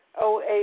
OA